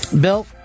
Bill